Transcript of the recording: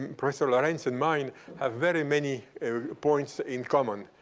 professor lorenz and mine have very many points in common,